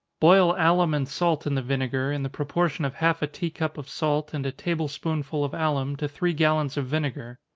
boil alum and salt in the vinegar, in the proportion of half a tea cup of salt, and a table spoonful of alum, to three gallons of vinegar.